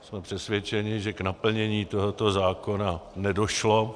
Jsme přesvědčeni, že k naplnění tohoto zákona nedošlo.